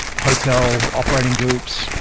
hotel operating groups,